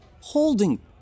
Holding